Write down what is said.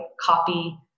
copy